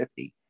50